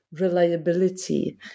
reliability